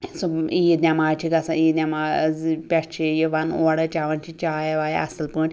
سُہ عیٖد نماز چھِ گَژھان عیٖد نماز پٮ۪ٹھ چھِ یوان اورٕ چیٚوان چھِ چایا وایا اصٕل پٲٹھۍ